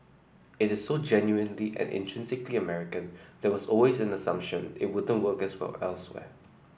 it is so genuinely and intrinsically American there was always in a assumption it wouldn't work as well elsewhere